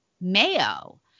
mayo